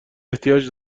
احتیاج